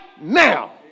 now